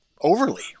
overly